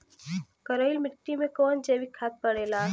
करइल मिट्टी में कवन जैविक खाद पड़ेला?